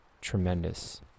tremendous